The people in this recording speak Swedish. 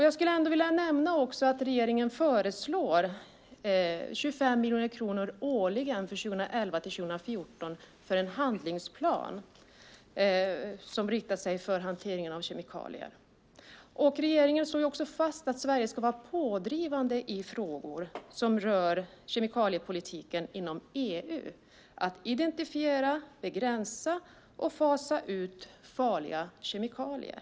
Jag skulle vilja nämna att regeringen föreslår 25 miljoner kronor årligen för 2011-2014 för en handlingsplan som riktar sig till hanteringen av kemikalier. Regeringen slår också fast att Sverige ska vara pådrivande i frågor som rör kemikaliepolitiken inom EU - att identifiera, begränsa och fasa ut farliga kemikalier.